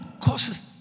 causes